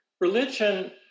Religion